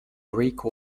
greek